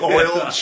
Oil